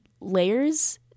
layers